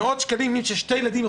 כשיש שני ילדים,